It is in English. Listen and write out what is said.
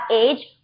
age